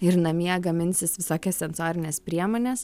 ir namie gaminsis visokias sensorines priemones